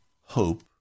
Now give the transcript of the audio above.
hope